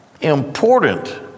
important